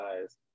guys